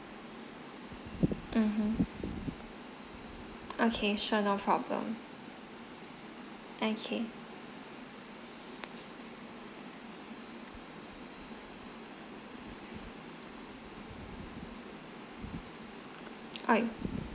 mmhmm okay sure no problem okay